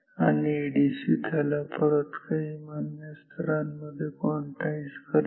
आणि एडीसी त्याला परत काही मान्य स्तरामध्ये क्वांटाईझ करेल